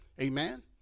Amen